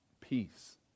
peace